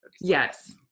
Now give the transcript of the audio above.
Yes